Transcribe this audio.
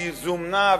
היא זומנה,